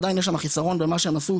עדיין יש שם חיסרון במה שהם עשו,